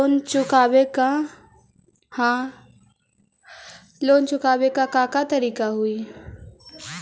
Loan चुकावे के का का तरीका हई?